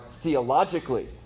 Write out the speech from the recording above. theologically